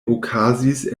okazis